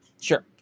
Sure